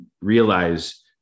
Realize